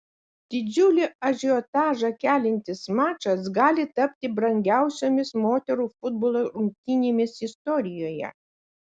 didžiulį ažiotažą keliantis mačas gali tapti brangiausiomis moterų futbolo rungtynėmis istorijoje